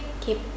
keep